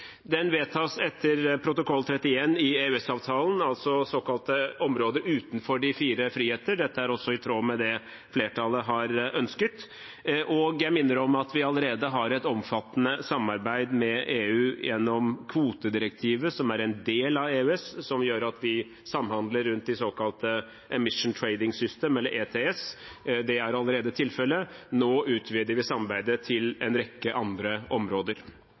altså såkalte områder utenfor de fire friheter. Dette er også i tråd med det flertallet har ønsket. Jeg minner om at vi allerede har et omfattende samarbeid med EU gjennom kvotedirektivet, som er en del av EØS, som gjør at vi samhandler rundt de såkalte Emissions Trading System, ETS. Det er allerede tilfellet; nå utvider vi samarbeidet til en rekke andre områder.